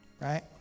right